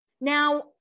Now